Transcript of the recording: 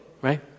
right